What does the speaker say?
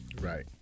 Right